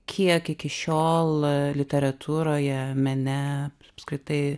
kiek iki šiol literatūroje mene apskritai